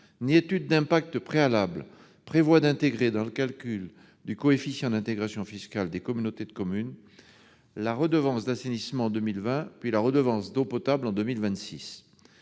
ni étude d'impact préalables, prévoit d'intégrer dans le calcul du coefficient d'intégration fiscale, le CIF, des communautés de communes la redevance d'assainissement en 2020, puis la redevance d'eau potable en 2026.